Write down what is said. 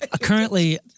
currently